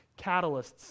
catalysts